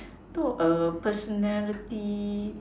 no err personality